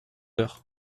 heures